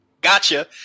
gotcha